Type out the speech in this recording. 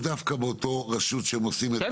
דווקא באותה רשות שבה הם עושים --- כן,